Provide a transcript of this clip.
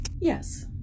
Yes